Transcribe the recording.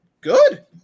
good